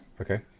Okay